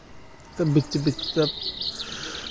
ते बिच्च बिच्च ते